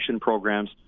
programs